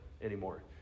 anymore